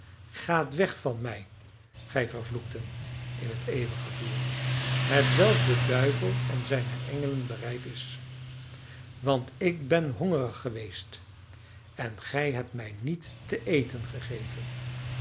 gaat weg van mij gij vervloekten in het eeuwige vuur hetwelk den duivel en zijnen engelen bereid is want ik ben hongerig geweest en gij hebt mij niet te eten gegeven